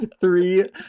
three